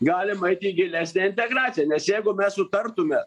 galim eiti į gilesnę integraciją nes jeigu mes sutartume